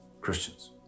Christians